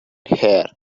hair